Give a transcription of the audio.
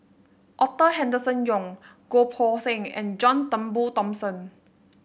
Arthur Henderson Young Goh Poh Seng and John Turnbull Thomson